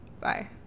Bye